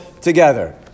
together